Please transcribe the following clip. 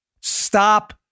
Stop